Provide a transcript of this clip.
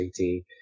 18